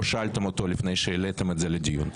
שאלתם אותו לפני שהעליתם את זה לדיון.